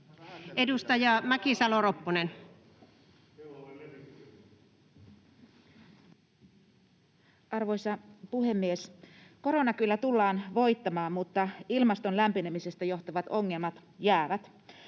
Edustaja Mäkisalo-Ropponen. Arvoisa puhemies! Korona kyllä tullaan voittamaan, mutta ilmaston lämpenemisestä johtuvat ongelmat jäävät.